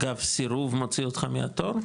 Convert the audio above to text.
אגב, סירוב מוציא אותך מהתור?